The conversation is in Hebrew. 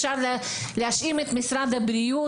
אפשר להאשים את משרד הבריאות,